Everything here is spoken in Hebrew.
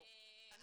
לא.